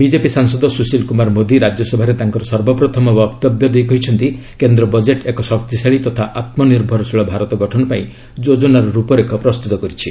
BJP ସାଂସଦ ସୁଶୀଲ କୁମାର ମୋଦୀ ରାଜ୍ୟସଭାରେ ତାଙ୍କର ସର୍ବପ୍ରଥମ ବକ୍ତବ୍ୟ ଦେଇ କହିଛନ୍ତି କେନ୍ଦ୍ର ବଜେଟ୍ ଏକ ଶକ୍ତିଶାଳୀ ତଥା ଆତ୍ମନିର୍ଭରଶୀଳ ଭାରତ ଗଠନ ପାଇଁ ଯୋଜନାର ରୂପରେଖ ପ୍ରସ୍ତୁତ କରିଛି